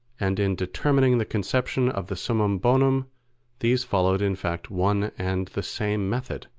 and in determining the conception of the summum bonum these followed in fact one and the same method,